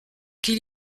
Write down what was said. qu’il